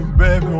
baby